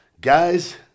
Guys